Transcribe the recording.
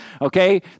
Okay